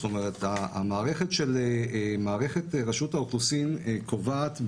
המערכת של רשות האוכלוסין קובעת,